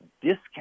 discount